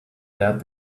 there